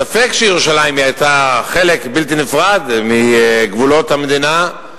ספק שירושלים היא חלק בלתי נפרד מגבולות המדינה,